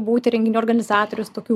būti renginių organizatorius tokių